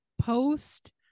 post